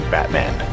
Batman